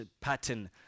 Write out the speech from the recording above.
pattern